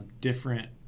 different